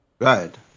Right